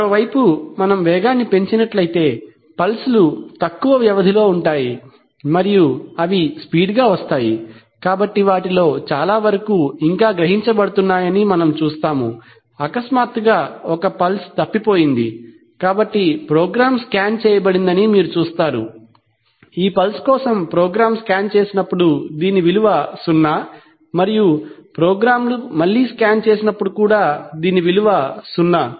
మరోవైపు మనం వేగాన్ని పెంచినట్లయితే పల్స్ లు తక్కువ వ్యవధిలో ఉంటాయి మరియు అవి స్పీడ్ గా వస్తాయి కాబట్టి వాటిలో చాలావరకు ఇంకా గ్రహించబడుతున్నాయని మనం చూస్తాము అకస్మాత్తుగా ఒక పల్స్ తప్పిపోయింది కాబట్టి ప్రోగ్రామ్ స్కాన్ చేయబడిందని మీరు చూస్తారు ఈ పల్స్ కోసం ప్రోగ్రామ్ స్కాన్ చేసినప్పుడు దీని విలువ విలువ సున్నా మరియు ప్రోగ్రామ్లు మళ్ళీ స్కాన్ చేసినప్పుడు కూడా దీని విలువ సున్నా